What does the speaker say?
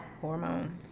Hormones